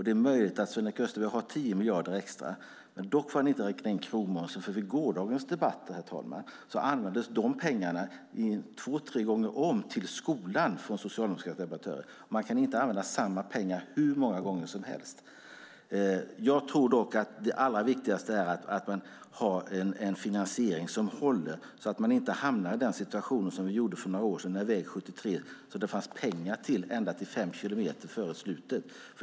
Det är möjligt att Sven-Erik Österberg har 10 miljarder extra. Dock får han inte räkna in krogmomsen. I gårdagens debatter, herr talman, använde de socialdemokratiska debattörerna de pengarna två tre gånger om till skolan. Det går inte att använda samma pengar hur många gånger som helst. Allra viktigast är att ha en finansiering som håller så att man inte hamnar i samma situation som för några år sedan med väg 73. Där fanns pengar ända till 5 kilometer före slutet.